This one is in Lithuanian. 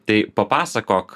tai papasakok